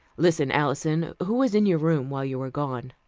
listen, alison. who was in your room while you were gone?